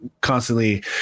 constantly